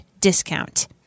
discount